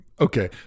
Okay